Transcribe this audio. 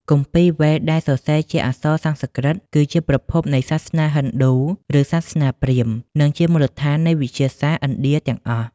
គម្ពីរវេទ ដែលសរសេរជាអក្សរសំស្ក្រឹតគឺជាប្រភពនៃសាសនាឥណ្ឌូឬសាសនាព្រាហ្មណ៍ និងជាមូលដ្ឋាននៃវិទ្យាសាស្ត្រឥណ្ឌាទាំងអស់ ។